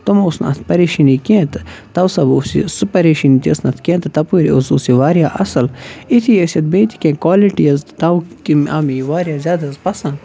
تم ٲسۍ نہٕ اَتھ پَریشٲنی کینٛہہ تہٕ تَوسب اوس یہِ سُہ پَریشٲنی تہِ ٲس نہٕ اَتھ کینٛہہ تہٕ تَپٲرۍ حظ اوس یہِ واریاہ اَصٕل یِتھی ٲسۍ اَتھ بیٚیہِ تہِ کینٛہہ کالِٹیٖز تَوکِنۍ آو مےٚ یہِ واریاہ زِیادٕ حظ پَسَنٛد